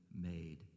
made